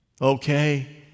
Okay